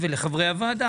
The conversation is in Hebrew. אני קורא לחברי הכנסת אליי